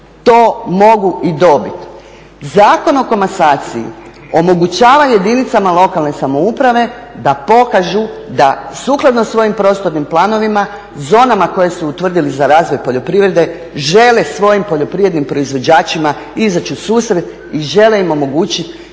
to mogu i dobiti. Zakon o komasaciji omogućava jedinicama lokalne samouprave da pokažu da sukladno svojim prostornim planovima, zonama koje su utvrdili za razvoj poljoprivrede žele svojim poljoprivrednim proizvođačima izaći u susret i žele im omogućiti